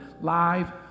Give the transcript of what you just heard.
Live